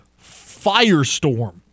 firestorm